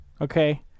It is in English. okay